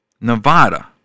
Nevada